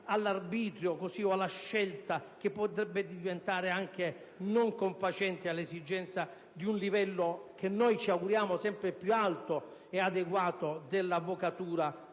all'arbitrio o alla scelta, che potrebbe diventare non confacente all'esigenza di un livello che ci auguriamo sempre più alto ed adeguato dell'avvocatura